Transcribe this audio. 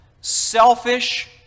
Selfish